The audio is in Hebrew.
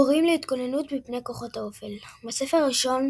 מורים להתגוננות מפני כוחות האופל בספר הראשון